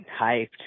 hyped